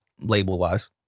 label-wise